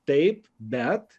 taip bet